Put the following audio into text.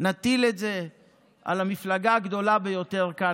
נטיל את זה על המפלגה הגדולה ביותר כאן